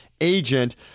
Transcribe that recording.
agent